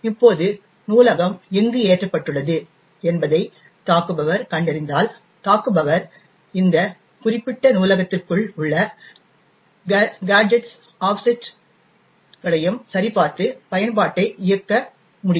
இப்போது நூலகம் எங்கு ஏற்றப்பட்டுள்ளது என்பதை தாக்குபவர் கண்டறிந்தால் தாக்குபவர் இந்த குறிப்பிட்ட நூலகத்திற்குள் உள்ள கேஜெட்களையும் ஆஃப்செட்களையும் சரிசெய்து பயன்பாட்டை இயக்க முடியும்